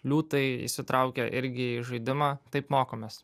liūtai įsitraukia irgi į žaidimą taip mokomės